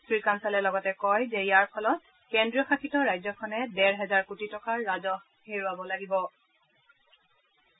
শ্ৰীকাঞ্চালে লগতে কয় যে ইয়াৰ ফলত কেন্ৰীয়শাসিত ৰাজ্যখনে ডেৰ হেজাৰ কোটি টকাৰ ৰাজহ হেৰুৱাবলগীয়া হব